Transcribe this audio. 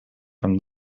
from